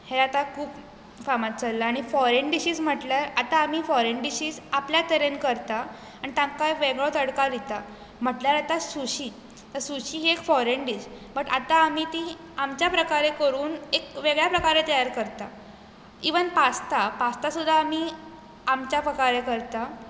हें आतां खूब फामाद चल्लां आनी फॉरेन डिशीज म्हणल्यार आतां आमी फॉरेन डिशीज आपल्या तरेन करतात आनी तांकां वेगळो तडका दितात म्हणटल्यार आतां सुशी सुशी एक फॉरेन डीश पूण आतां आमी ती आमच्या प्रकारान करून एक वेगळ्या प्रकारान तयार करतात इवन पास्ता पास्ता सुद्दा आमी आमच्या प्रकारे करता